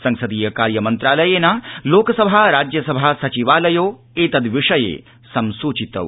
संसदीय ार्यमन्त्रालयेन लो सभा राज्यसभा सचिवालयौ एतद् विषये संसूचितौ